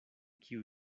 kiu